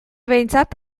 behintzat